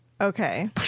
Okay